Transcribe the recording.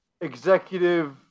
executive